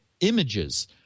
images